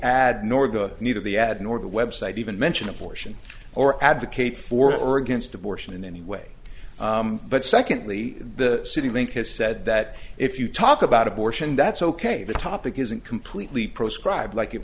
website even mention abortion or advocate for or against abortion in any way but secondly the city link has said that if you talk about abortion that's ok the topic isn't completely proscribed like it